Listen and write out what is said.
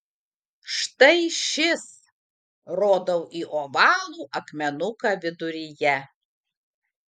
štai šis rodau į ovalų akmenuką viduryje